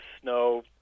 snow